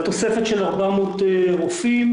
על תוספת של 400 רופאים,